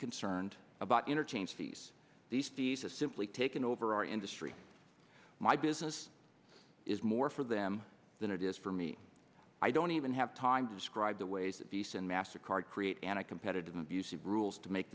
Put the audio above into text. concerned about interchange fees these days is simply taken over our industry my business is more for them than it is for me i don't even have time to describe the ways of decent mastercard create an a competitive abusive rules to make